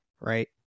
right